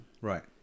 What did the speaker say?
Right